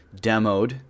demoed